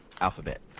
alphabet